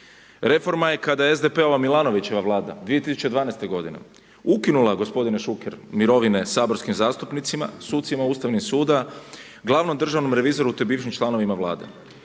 reforma je kada je SDP-ova Milanovićeva vlada 2012. ukinula gospodine Šuker mirovine saborskim zastupnicima, sucima ustavnih suda, glavnom državnom revizoru te bivšim članovima vlade.